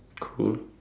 cool